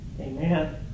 Amen